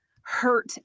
hurt